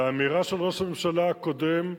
והאמירה של ראש הממשלה הקודם,